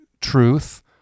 truth